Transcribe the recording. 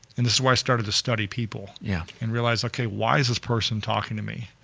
and this where i started to study people yeah and realize, okay, why is this person talking to me?